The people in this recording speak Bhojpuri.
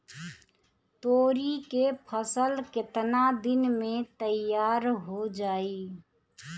तोरी के फसल केतना दिन में तैयार हो जाई?